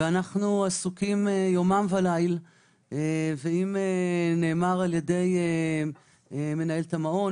ואנחנו עסוקים יומם וליל אם זה נאמר על ידי מנהלת המעון